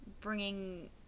bringing